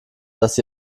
dass